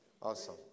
Awesome